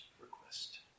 request